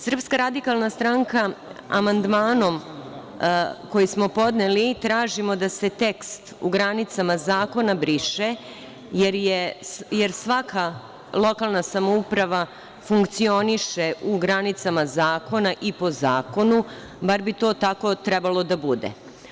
Srpska radikalna stranka amandmanom koji smo podneli traži da se tekst: „u granicama zakona“ briše jer svaka lokalna samouprava funkcioniše u granicama zakona i po zakonu, bar bi to tako trebalo da bude.